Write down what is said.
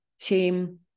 shame